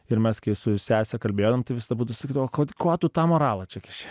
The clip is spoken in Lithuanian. ir mes su sese kalbėdavom tai visada būdavo sakydavo ko ko tu tą moralą čia kiši